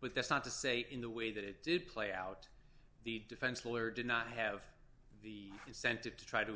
but that's not to say in the way that it did play out the defense lawyer did not have the incentive to try to